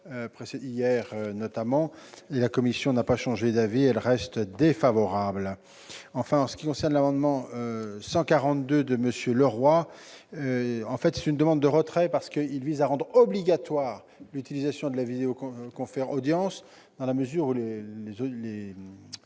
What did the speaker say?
La commission n'a pas changé d'avis : celui-ci reste défavorable.